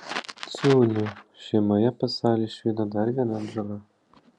ciūnių šeimoje pasaulį išvydo dar viena atžala